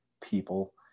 people